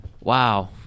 Wow